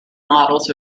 models